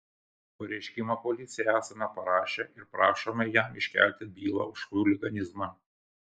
pareiškimą policijai esame parašę ir prašome jam iškelti bylą už chuliganizmą